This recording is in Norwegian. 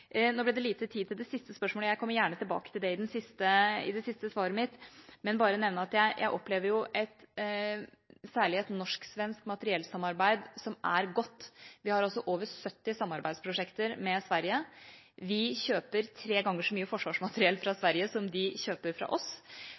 Nå ble det lite tid til det siste spørsmålet. Jeg kommer gjerne tilbake til det i det siste svaret mitt, men jeg vil bare nevne at jeg opplever særlig et norsk-svensk materiellsamarbeid som godt. Vi har over 70 samarbeidsprosjekter med Sverige. Vi kjøper tre ganger så mye forsvarsmateriell fra Sverige som de kjøper fra oss.